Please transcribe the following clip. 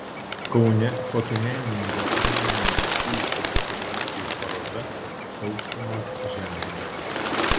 kaune fotomenininko raimondo puišio fotografijų paroda aukštumos žemumos